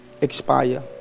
expire